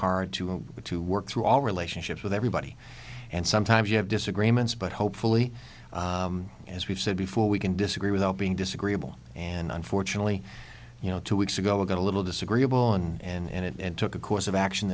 hard to get to work through all relationships with everybody and sometimes you have disagreements but hopefully as we've said before we can disagree without being disagreeable and unfortunately you know two weeks ago we got a little disagreeable and it and took a course of action